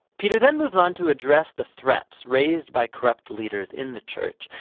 peter then moves on to address the threats raised by corrupt leaders in the church.